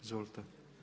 Izvolite.